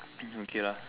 oh okay lah